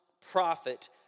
prophet